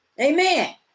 Amen